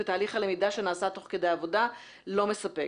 ותהליך הלמידה שנעשה תוך כדי עבודה לא מספק.